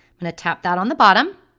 going to tap that on the bottom,